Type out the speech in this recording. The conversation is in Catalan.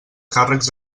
càrrecs